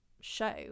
show